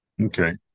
Okay